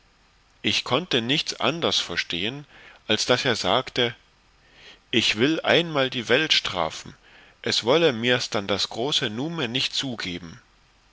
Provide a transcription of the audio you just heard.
ich konnte nichts anders verstehen als daß er sagte ich will einmal die welt strafen es wolle mirs dann das große numen nicht zugeben